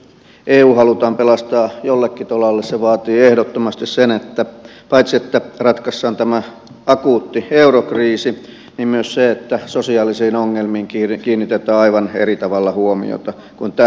jos eu halutaan pelastaa jollekin tolalle se vaatii ehdottomasti sen että paitsi että ratkaistaan tämä akuutti eurokriisi myös sosiaalisiin ongelmiin kiinnitetään aivan eri tavalla huomiota kuin tähän asti